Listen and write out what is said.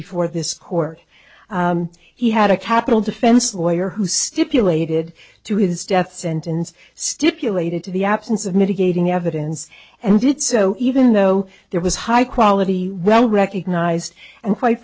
before this court he had a capital defense lawyer who stipulated to his death sentence stipulated to the absence of mitigating evidence and did so even though there was high quality well recognized and quite